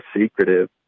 secretive